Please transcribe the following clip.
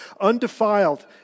undefiled